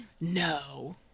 No